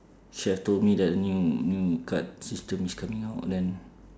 she have told me that new new card system is coming out then